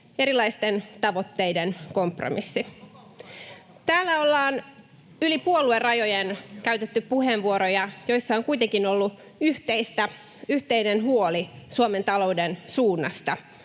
Andersson: Kokoomuslainen kompromissi!] Täällä ollaan yli puoluerajojen käytetty puheenvuoroja, joissa on kuitenkin ollut yhteinen huoli Suomen talouden suunnasta